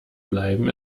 bleiben